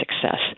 success